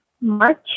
March